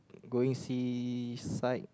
going seaside